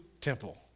temple